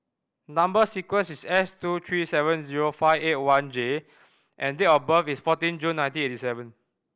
number sequence is S two three seven zero five eight one J and date of birth is fourteen June nineteen eighty seven